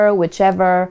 whichever